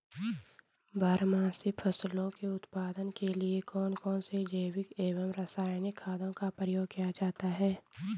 बारहमासी फसलों के उत्पादन के लिए कौन कौन से जैविक एवं रासायनिक खादों का प्रयोग किया जाता है?